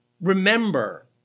Remember